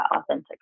authentic